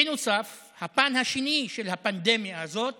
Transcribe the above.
בנוסף, הפן השני של הפנדמיה הזאת